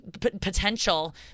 potential